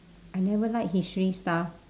I never like history stuff